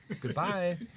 goodbye